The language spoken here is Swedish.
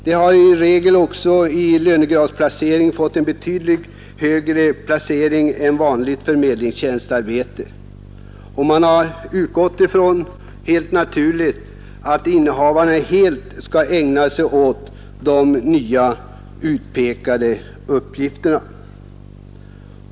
De har i regel också fått en högre lönegradsplacering än vanliga förmedlingstjänster, och man har som någonting naturligt utgått ifrån att innehavarna helt skall ägna sig åt de nya utpekade arbetsuppgifterna.